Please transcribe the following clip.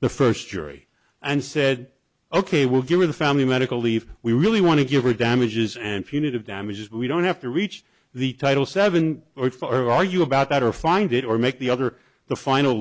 the first jury and said ok we'll give you the family medical leave we really want to give her damages and few need of damages we don't have to reach the title seven or four argue about that or find it or make the other the final